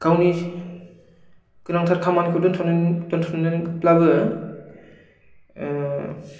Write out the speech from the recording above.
गावनि गोनांथार खामानिखौ दोन्थ'ना दोन्थ'नानैब्लाबो